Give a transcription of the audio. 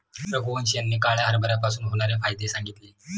रघुवंश यांनी काळ्या हरभऱ्यापासून होणारे फायदे सांगितले